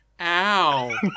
ow